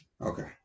Okay